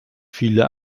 viele